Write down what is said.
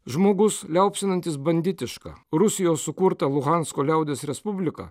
žmogus liaupsinantis banditišką rusijos sukurtą luhansko liaudies respubliką